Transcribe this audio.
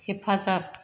हेफाजाब